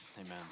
Amen